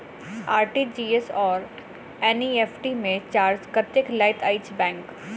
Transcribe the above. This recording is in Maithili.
आर.टी.जी.एस आओर एन.ई.एफ.टी मे चार्ज कतेक लैत अछि बैंक?